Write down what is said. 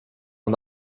aan